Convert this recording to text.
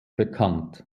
bekannt